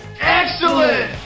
Excellent